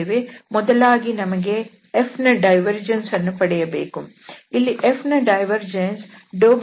ಅದಕ್ಕೆ ಮೊದಲಾಗಿ ನಮಗೆ Fನ ಡೈವರ್ಜೆನ್ಸ್ ಅನ್ನು ಪಡೆಯಬೇಕು